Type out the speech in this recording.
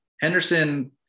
Henderson